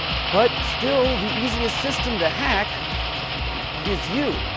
but still the easiest system to hack is you.